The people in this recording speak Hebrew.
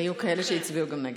גם היו כאלה שהצביעו נגד.